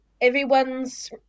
Everyone's